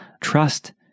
trust